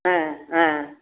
ஆ ஆ